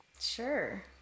Sure